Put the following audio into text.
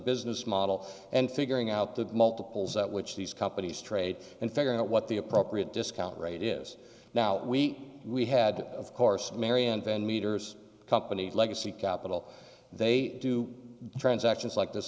business model and figuring out the multiples at which these companies trade and figure out what the appropriate discount rate is now we we had of course mary and then meters company legacy capital they do transactions like this